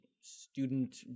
Student